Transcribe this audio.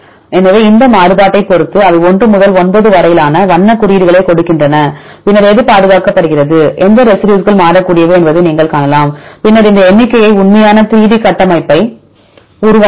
எனவே இந்த மாறுபாட்டைப் பொறுத்து அவை 1 முதல் 9 வரையிலான வண்ணக் குறியீடுகளைக் கொடுக்கின்றன பின்னர் எது பாதுகாக்கப்படுகிறது எந்த ரெசிடியூஸ்கள் மாறக்கூடியவை என்பதை நீங்கள் காணலாம் பின்னர் இந்த எண்ணிக்கையை உண்மையான 3D கட்டமைப்பை உருவாக்கலாம்